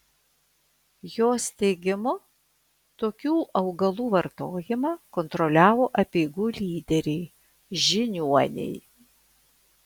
jos teigimu tokių augalų vartojimą kontroliavo apeigų lyderiai žiniuoniai